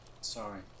Sorry